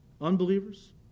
Unbelievers